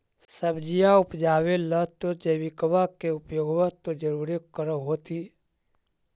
सब्जिया उपजाबे ला तो जैबिकबा के उपयोग्बा तो जरुरे कर होथिं?